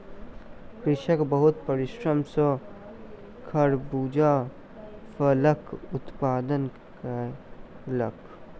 कृषक बहुत परिश्रम सॅ खरबूजा फलक उत्पादन कयलक